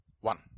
One